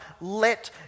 Let